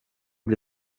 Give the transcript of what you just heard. bli